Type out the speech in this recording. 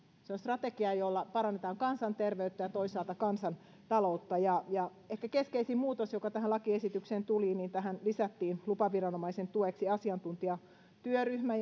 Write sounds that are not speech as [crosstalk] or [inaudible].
se on strategia jolla parannetaan kansanterveyttä ja toisaalta kansantaloutta ehkä keskeisin muutos joka tähän lakiesitykseen tuli oli se että tähän lisättiin lupaviranomaisen tueksi asiantuntijatyöryhmä [unintelligible]